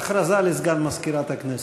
הודעה לסגן מזכירת הכנסת.